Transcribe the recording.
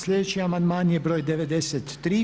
Sljedeći amandman je broj 93.